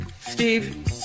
Steve